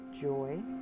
joy